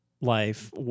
life